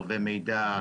הרבה מידע.